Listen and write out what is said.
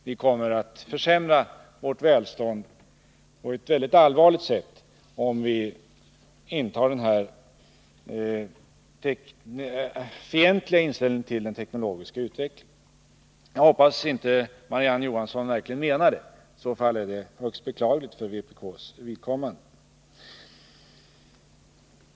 Vi skulle försämra vårt välstånd på ett högst allvarligt sätt, om vi skulle inta den här fientliga inställningen till den teknologiska utvecklingen. Jag hoppas att Marie-Ann Johansson inte menar detta — för i så fall är det högst beklagligt för vpk:s vidkommande.